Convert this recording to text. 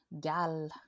Gal